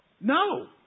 No